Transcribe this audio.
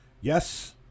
yes